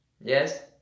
Yes